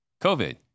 COVID